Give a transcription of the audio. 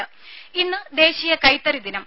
രുമ ഇന്ന് ദേശീയ കൈത്തറി ദിനം